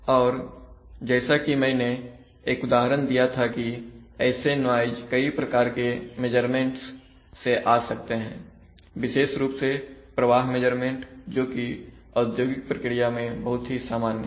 और जैसा कि मैंने एक उदाहरण दिया था की ऐसे नॉइज कई प्रकार के मेजरमेंट्स से आ सकते हैं विशेष रूप से प्रवाह मेजरमेंट जोकि औद्योगिक प्रक्रिया में बहुत ही सामान्य है